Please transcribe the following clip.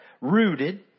rooted